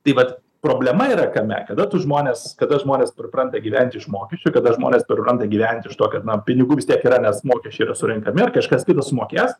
tai vat problema yra kame kada tu žmones kada žmonės pripranta gyventi iš mokesčių kada žmonės pripranta gyventi iš tokio pinigų vis tiek yra nes mokesčiai yra surenkami ar kažkas kitas sumokės